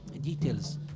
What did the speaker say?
details